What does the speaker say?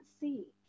see